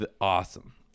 awesome